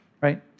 right